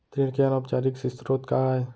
ऋण के अनौपचारिक स्रोत का आय?